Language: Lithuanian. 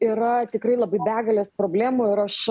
yra tikrai labai begalės problemų ir aš